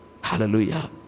Hallelujah